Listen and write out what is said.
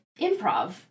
improv